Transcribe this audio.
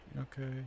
Okay